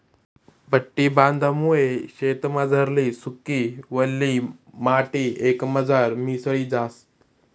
पट्टी बांधामुये शेतमझारली सुकी, वल्ली माटी एकमझार मिसळी जास